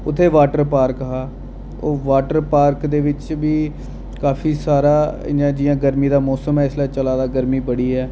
उत्थै water park हा ओह् वाटर पार्क दे बिच बी काफी सारा इ'यां जि'यां गर्मी दा मौसम ऐ इसलै चला दा गर्मी बड़ी ऐ